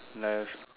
left